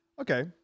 Okay